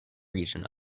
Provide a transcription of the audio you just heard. region